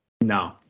no